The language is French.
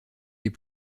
les